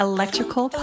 Electrical